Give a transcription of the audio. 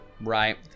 Right